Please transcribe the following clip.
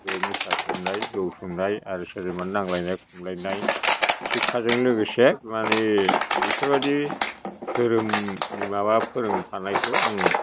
बे निसा सोबनाय जौ सोबनाय आरो सोरजोंबा नांलायनाय खमलाइनाइ सिख्खाजों लोगोसे मानि बेफोरबायदि धोरोमनि माबा फोरोंफानाय खौ आं